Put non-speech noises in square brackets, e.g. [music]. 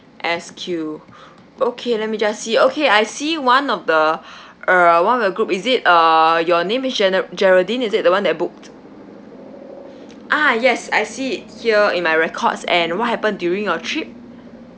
S_Q okay let me just see okay I see one of the [breath] err one of your group is it uh your name is gene~ geraldine is it the [one] that booked ah yes I see here in my records and what happened during your trip